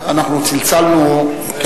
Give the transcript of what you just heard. אנחנו צלצלנו.